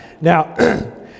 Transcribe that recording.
Now